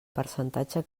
percentatge